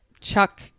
Chuck